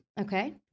Okay